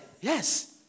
Yes